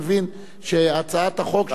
מבין שהצעת החוק של,